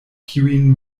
kiujn